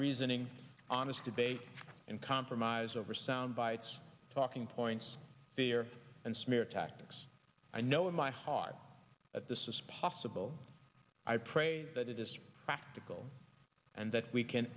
reasoning honest debate and compromise over sound bites talking points fear and smear tactics i know in my heart that this is possible i pray that it is practical and that we can